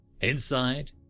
Inside